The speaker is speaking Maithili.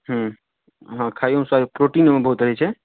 ह्म्म हँ खाइओमे स्वादिष्ट प्रोटीन ओहिमे बहुत रहै छै